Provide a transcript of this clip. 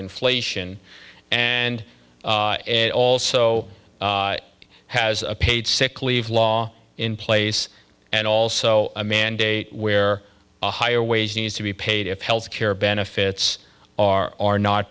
inflation and it also has a paid sick leave law in place and also a mandate where a higher wage needs to be paid if health care benefits are are not